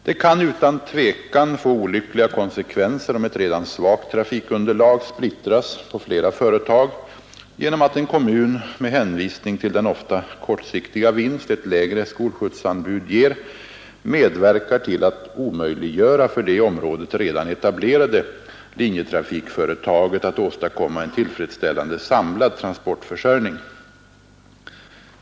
Det kan utan tvivel få olyckliga konsekvenser, om ett redan svagt trafikunderlag splittras på flera företag genom att en kommun, med hänvisning till den ofta kortsiktiga vinst ett lägre skolskjutsanbud ger, medverkar till att omöjliggöra för det i området redan etablerade linjetrafikföretaget att åstadkomma en tillfredsställande samlad transportförsörjning.